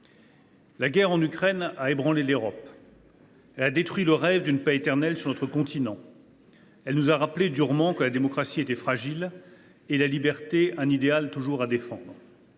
La guerre en Ukraine a ébranlé l’Europe. Elle a détruit le rêve d’une paix éternelle sur notre continent. Elle nous a rappelé durement que la démocratie était fragile et la liberté un idéal toujours à défendre.